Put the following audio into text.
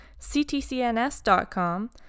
ctcns.com